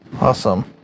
Awesome